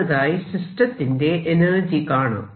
അടുത്തതായി സിസ്റ്റത്തിന്റെ എനർജി കാണാം